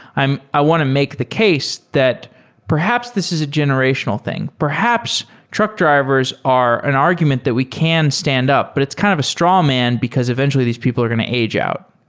i want to make the case that perhaps this is a generational thing. perhaps truck drivers are an argument that we can stand up, but it's kind of a straw man because eventually these people are going to age out.